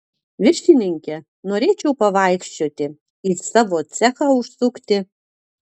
viršininke norėčiau pavaikščioti į savo cechą užsukti